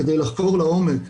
כדי לחקור לעומק,